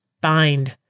Bind